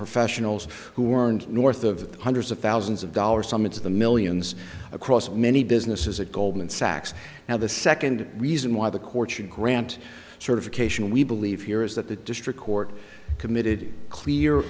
professional who are and north of hundreds of thousands of dollars some of the millions across many businesses at goldman sachs now the second reason why the court should grant certification we believe here is that the district court committed clear